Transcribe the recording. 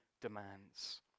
demands